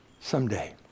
Someday